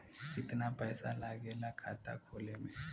कितना पैसा लागेला खाता खोले में?